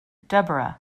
deborah